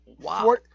Wow